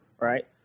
right